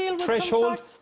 Threshold